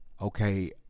okay